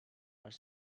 are